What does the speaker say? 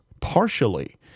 partially